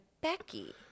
Becky